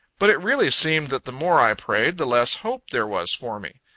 but it really seemed, that the more i prayed the less hope there was for me.